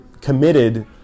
committed